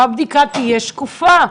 הבדיקה תהיה שקופה.